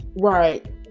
right